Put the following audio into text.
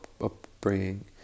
upbringing